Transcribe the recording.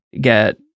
get